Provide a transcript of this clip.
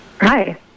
Hi